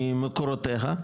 ממקורותיה,